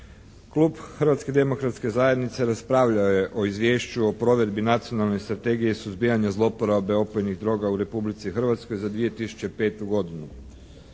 Klub Hrvatske demokratske zajednice raspravljao je o izvješću o provedbi Nacionalne strategije i suzbijanja zlouporabe opojnih droga u Republici Hrvatskoj za 2005. godinu.